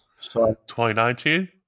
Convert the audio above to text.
2019